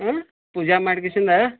ಹಾಂ ಪೂಜಾ ಮಾಡಿ ಕ್ಯಾಸಿಂದ